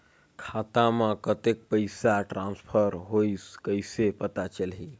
खाता म कतेक पइसा ट्रांसफर होईस कइसे पता चलही?